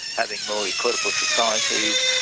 having more equitable societies,